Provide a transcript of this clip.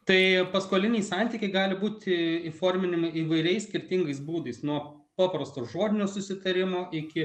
tai paskoliniai santykiai gali būti įforminami įvairiais skirtingais būdais nuo paprasto žodinio susitarimo iki